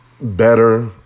better